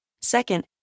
Second